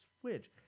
switch